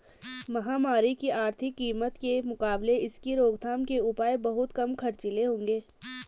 महामारी की आर्थिक कीमत के मुकाबले इसकी रोकथाम के उपाय बहुत कम खर्चीले होंगे